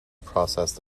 processed